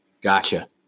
Gotcha